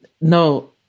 No